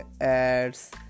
ads